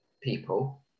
people